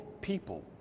people